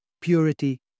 purity